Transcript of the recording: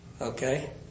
Okay